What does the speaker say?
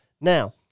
Now